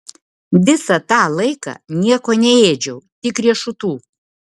visą tą laiką nieko neėdžiau tik riešutų